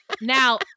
Now